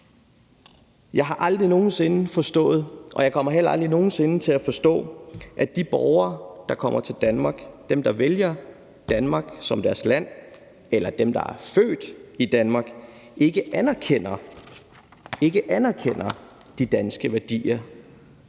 Jeg har aldrig nogen sinde forstået, og jeg kommer heller aldrig nogen sinde til at forstå det, at der er borgere, der kommer til Danmark, dem, der vælger Danmark som deres land, eller dem, der er født i Danmark, der ikke anerkender de danske værdier